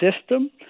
system